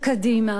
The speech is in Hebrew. מי יתפלא?